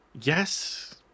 Yes